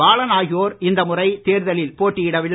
பாலன் ஆகியோர் இந்த முறை தேர்தலில் போட்டியிடவில்லை